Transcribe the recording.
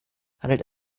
handelt